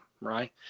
right